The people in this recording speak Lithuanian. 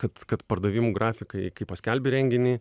kad kad pardavimų grafikai kai paskelbi renginį